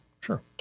Sure